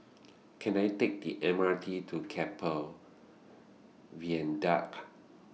Can I Take The M R T to Keppel Viaduct